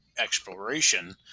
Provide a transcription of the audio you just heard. exploration